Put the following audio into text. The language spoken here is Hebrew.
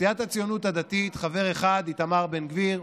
לסיעת הציונות הדתית חבר אחד: איתמר בן גביר,